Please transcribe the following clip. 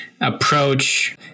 approach